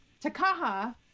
Takaha